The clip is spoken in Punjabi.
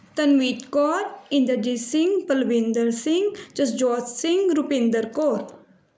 ਤਨਮੀਤ ਕੌਰ ਇੰਦਰਜੀਤ ਸਿੰਘ ਪਲਵਿੰਦਰ ਸਿੰਘ ਜਸਜੋਤ ਸਿੰਘ ਰੁਪਿੰਦਰ ਕੌਰ